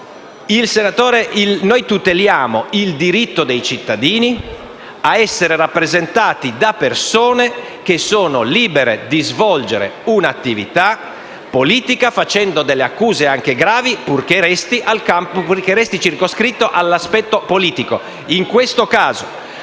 il senatore Giarrusso, ma il diritto dei cittadini a essere rappresentati da persone che sono libere di svolgere un'attività politica, facendo anche delle accuse gravi, purché restino circoscritte all'aspetto politico.